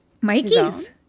Mikey's